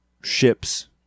ships